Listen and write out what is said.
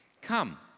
Come